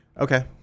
Okay